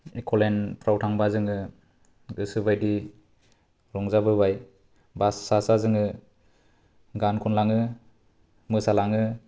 एक'लेन्डफोराव थांब्ला जोङो गोसो बायदि रंजाबोबाय बास सा सा जोङो गान खनलाङो मोसालाङो